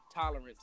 tolerance